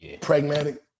pragmatic